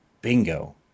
Bingo